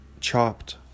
Chopped